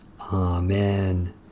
Amen